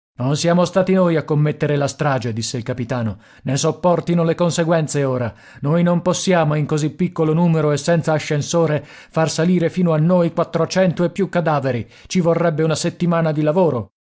non siamo stati noi a commettere la strage disse il capitano ne sopportino le conseguenze ora noi non possiamo in così piccolo numero e senza ascensore far salire fino a noi quattrocento e più cadaveri ci vorrebbe una settimana di lavoro